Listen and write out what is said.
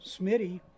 Smitty